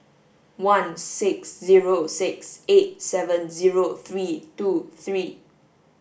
one six zero six eight seven zero three two three